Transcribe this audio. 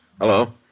Hello